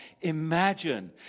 Imagine